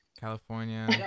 california